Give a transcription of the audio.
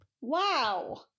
Wow